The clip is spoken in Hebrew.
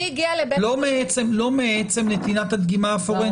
לא מעצם נתינת הדגימה הפורנזית?